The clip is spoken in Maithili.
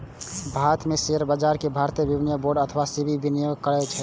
भारत मे शेयर बाजार कें भारतीय विनिमय बोर्ड अथवा सेबी विनियमित करै छै